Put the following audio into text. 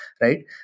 right